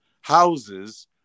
houses